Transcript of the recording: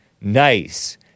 Nice